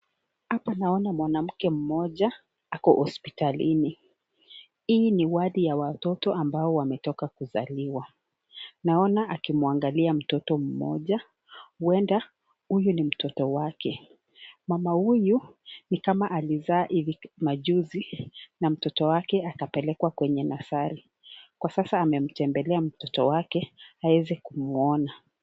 Hapa naona mwanamke mmoja ako hospitalini .Hii ni wadi ya watoto ambao wametoka kuzaliwa. Naona akimwangalia mtoto mmoja ,huenda huyu ni mtoto wake. Mama huyu ni kama alizaa ivi majuzi na mtoto wake akapelekwa kwenye "nursery".Kwa sasa amemtembelea mtoto wake aweze kumwona.